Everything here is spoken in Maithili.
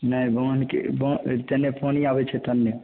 नहि बान्हके बान्ह जन्ने पानी अबै छै तन्ने